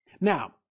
Now